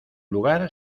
lugar